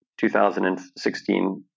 2016